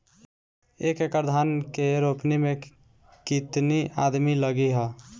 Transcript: एक एकड़ धान के रोपनी मै कितनी आदमी लगीह?